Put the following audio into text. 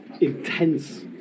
intense